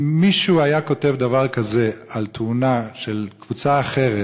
אם מישהו היה כותב דבר כזה על תאונה של קבוצה אחרת,